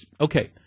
Okay